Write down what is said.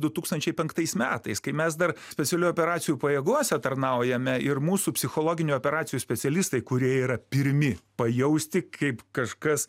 du tūkstančiai penktais metais kai mes dar specialių operacijų pajėgose tarnaujame ir mūsų psichologinių operacijų specialistai kurie yra pirmi pajausti kaip kažkas